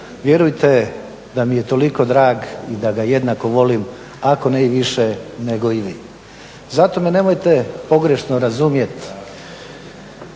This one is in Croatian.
vjerujte da mi je toliko drag i da ga jednako volim ako ne i više nego i vi. Zato me nemojte pogrešno razumjeti,